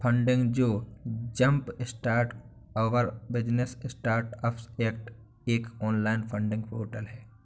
funding जो jumpstart our business startups act एक online funding portal है